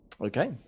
Okay